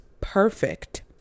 perfect